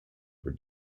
for